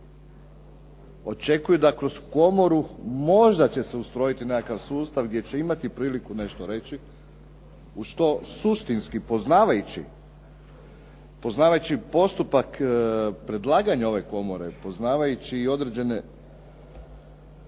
Očekuju da kroz komoru možda će se ustrojiti nekakav sustav gdje će imati priliku nešto reći u što suštinski poznavajući postupak predlaganje ove komore, poznavajući i određene